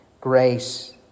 grace